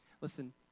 Listen